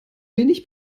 wenig